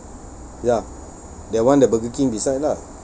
ya that one the burger king beside lah